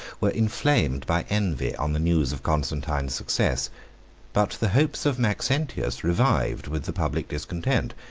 were inflamed by envy on the news of constantine's success but the hopes of maxentius revived with the public discontent,